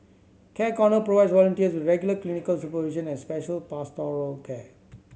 Care Corner provides volunteers with regular clinical supervision and special pastoral care